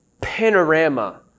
panorama